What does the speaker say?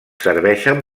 serveixen